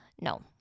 No